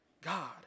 God